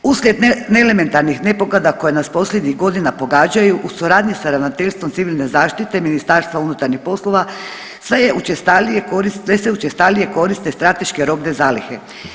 Uslijed neelementarnih nepogoda koje nas posljednjih godina pogađaju u suradnji sa Ravnateljstvom civilne zaštite, Ministarstva unutarnjih poslova, sve se učestalije koriste strateške robne zalihe.